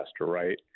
right